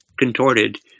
contorted